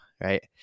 right